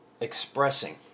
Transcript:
expressing